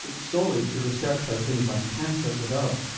it's so like to research how things like cancer develop.